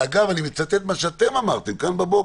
ואגב, אני מצטט מה שאתם אמרתם כאן בבוקר,